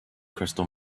crystal